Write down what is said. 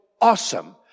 awesome